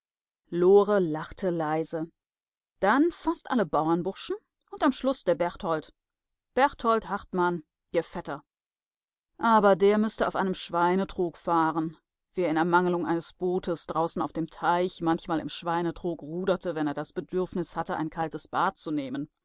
lore lachte leise dann fast alle bauernburschen und am schluß der berthold berthold hartmann ihr vetter aber der müßte auf einem schweinetrog fahren wie er in ermangelung eines bootes draußen auf dem teich manchmal im schweinetrog ruderte wenn er das bedürfnis hatte ein kaltes bad zu nehmen